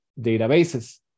databases